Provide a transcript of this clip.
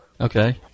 Okay